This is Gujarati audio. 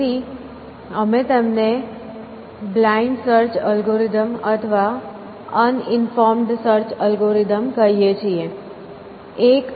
તેથી અમે તેમને બ્લાઇન્ડ સર્ચ અલ્ગોરિધમ અથવા અનઈનફોર્મડ સર્ચ અલ્ગોરિધમ કહીએ છીએ